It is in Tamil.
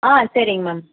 சரிங்க மேம்